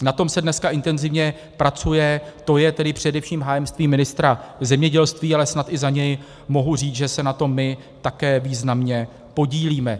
Na tom se dneska intenzivně pracuje, to je tedy především hájemství ministra zemědělství, ale snad i za něj mohu říct, že se na tom my také významně podílíme.